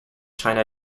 china